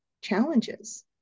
challenges